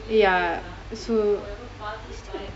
ya so